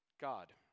God